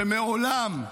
שמעולם,